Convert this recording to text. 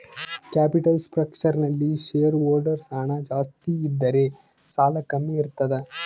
capital structure ನಲ್ಲಿ shareholders ಹಣ ಜಾಸ್ತಿ ಇದ್ದರೆ ಸಾಲ ಕಮ್ಮಿ ಇರ್ತದ